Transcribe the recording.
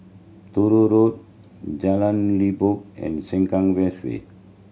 Road Jalan Limbok and Sengkang West Way